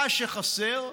מה שחסר.